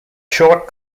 short